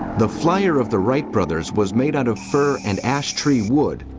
the flyer of the wright brothers was made out of fir and ash tree wood,